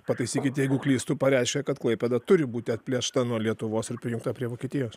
pataisykit jeigu klystu pareiškia kad klaipėda turi būti atplėšta nuo lietuvos ir prijungta prie vokietijos